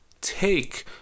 take